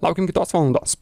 laukiam kitos valandos